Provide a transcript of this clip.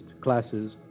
classes